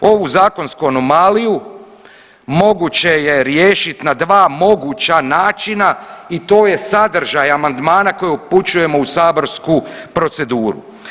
Ovu zakonsku anomaliju moguće je riješit na dva moguća načina i to je sadržaj amandmana koji upućujemo u saborsku proceduru.